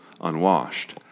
unwashed